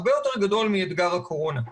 הרבה יותר גדול מאתגר הקורונה.